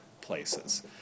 places